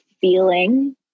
feeling